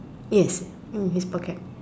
yes mm in his pocket